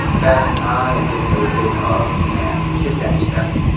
beth, i am giving you a big hug. and take that step.